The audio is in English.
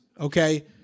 okay